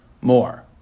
more